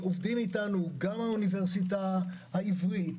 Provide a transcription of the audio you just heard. עובדים אתנו גם האוניברסיטה העברית,